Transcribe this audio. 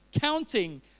counting